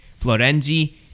Florenzi